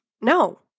No